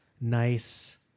nice